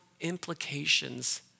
implications